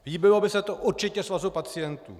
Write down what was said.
Líbilo by se to určitě Svazu pacientů.